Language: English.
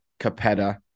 Capetta